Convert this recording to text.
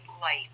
light